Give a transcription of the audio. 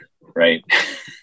Right